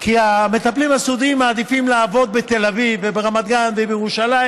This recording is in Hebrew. כי המטפלים הסיעודיים מעדיפים לעבוד בתל אביב וברמת גן ובירושלים,